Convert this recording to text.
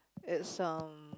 it's um